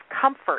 comfort